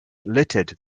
littered